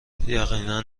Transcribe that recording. یقینا